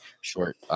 short